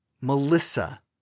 Melissa